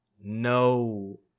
no